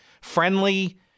friendly